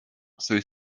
through